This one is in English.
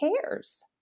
cares